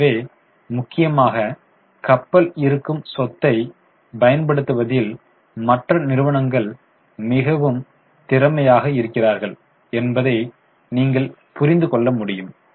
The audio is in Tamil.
எனவே முக்கியமாக கப்பல் இருக்கும் சொத்தை பயன்படுத்துவதில் மற்ற நிறுவனங்கள் மிகவும் திறமையாக இருக்கிறார்கள் என்பதை நீங்கள் புரிந்து கொள்ள முடியும்